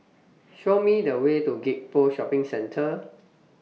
Show Me The Way to Gek Poh Shopping Centre